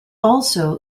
also